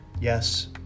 Yes